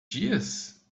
dias